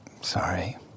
Sorry